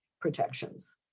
protections